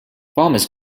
farmers